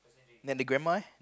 then the grandma eh